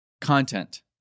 content